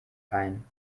ein